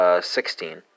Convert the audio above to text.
sixteen